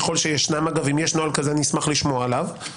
ככל שיש, אם יש נוהל כזה אשמח לשמוע עליו.